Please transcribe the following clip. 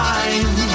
time